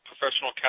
professional